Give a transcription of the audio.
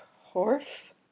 horse